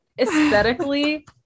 Aesthetically